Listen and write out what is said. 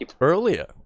earlier